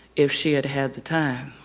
if she had had the time.